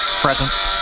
Present